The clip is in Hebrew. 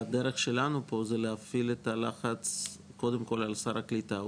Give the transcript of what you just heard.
והדרך שלנו פה היא להפעיל את הלחץ קודם כול על שר הקליטה.